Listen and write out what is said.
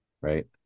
right